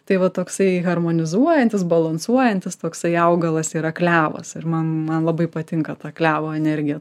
tai va toksai harmonizuojantis balansuojantis toksai augalas yra klevas ir man man labai patinka ta klevo energija